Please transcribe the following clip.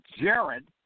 Jared